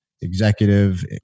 executive